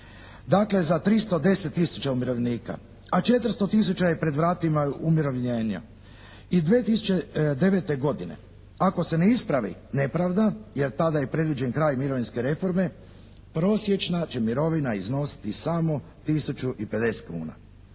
Dakle, za 310 umirovljenika a 400 tisuća je pred vratima umirovljenja. I 2009. godine ako se ne ispravi nepravda jer tada je predviđen kraj mirovinske reforme prosječna će mirovina iznositi samo tisuću